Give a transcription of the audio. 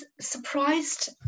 surprised